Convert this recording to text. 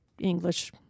English